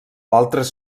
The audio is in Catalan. altres